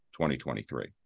2023